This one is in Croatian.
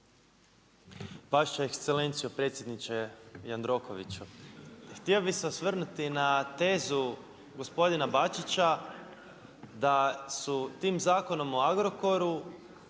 Vaša ekselencijo, predsjedniče Jandrokoviću. Htio bi se osvrnuti na tezu gospodina Bačića da su tim Zakonom o Agrokoru